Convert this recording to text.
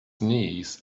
knees